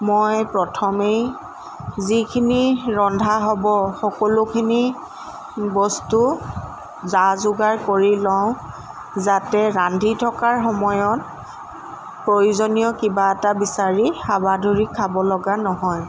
মই প্ৰথমেই যিখিনি ৰন্ধা হ'ব সকলোখিনি বস্তু জা যোগাৰ কৰি লওঁ যাতে ৰান্ধি থকাৰ সময়ত প্ৰয়োজনীয় কিবা এটা বিচাৰি হাবাথুৰি খাব লগা নহয়